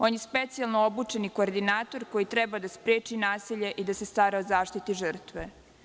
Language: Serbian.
On je specijalno obučeni koordinator koji treba da spreči nasilje i da se stara o zaštiti žrtve.